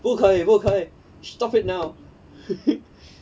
不可以不可以 stop it now